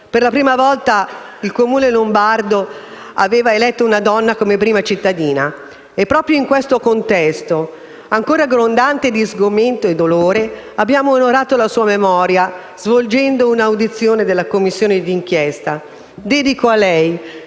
Per la prima volta il Comune lombardo aveva eletto una donna come prima cittadina. E proprio in questo contesto, ancora grondante di sgomento e dolore, abbiamo onorato la sua memoria, svolgendo un'audizione della Commissione d'inchiesta. Dedico a lei